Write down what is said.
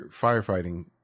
firefighting